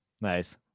Nice